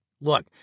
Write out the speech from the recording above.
Look